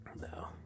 No